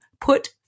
put